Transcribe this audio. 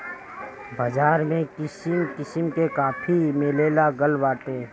बाज़ार में किसिम किसिम के काफी मिलेलागल बाटे